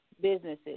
businesses